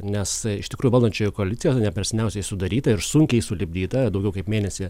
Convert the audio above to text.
nes iš tikrųjų valdančioji koalicijo ne per seniausiai sudaryta ir sunkiai sulipdyta daugiau kaip mėnesį